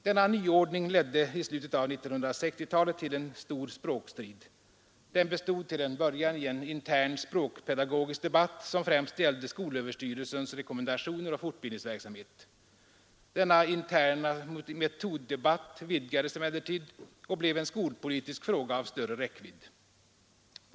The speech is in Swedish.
Denna nyordning ledde i slutet av 1960-talet till en stor språkstrid. Den bestod till en början i en intern språkpedagogisk debatt, som främst gällde skolöverstyrelsens rekommendationer och fortbildningsverksamhet. Denna interna metoddebatt vidgades emellertid och blev en skolpolitisk fråga av större räckvidd.